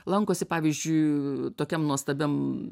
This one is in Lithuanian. lankosi pavyzdžiui tokiam nuostabiam